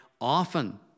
often